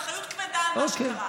יש להם אחריות כבדה למה שקרה.